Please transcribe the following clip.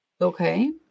Okay